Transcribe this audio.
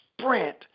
sprint